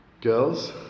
Girls